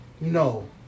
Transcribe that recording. No